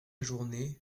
journée